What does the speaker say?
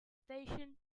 stationed